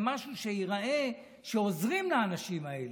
משהו כדי שייראה שעוזרים לאנשים האלה.